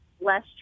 less